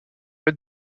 être